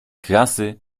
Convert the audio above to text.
krasy